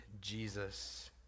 Jesus